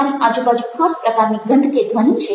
તમારી આજુબાજુ ખાસ પ્રકારની ગંધ કે ધ્વનિ છે